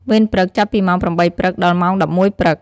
វេនព្រឹក ចាប់ពីម៉ោង ៨ ព្រឹក ដល់ម៉ោង ១១ ព្រឹក។